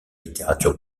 littérature